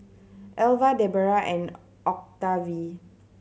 Elva Debera and Octavie